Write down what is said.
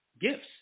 gifts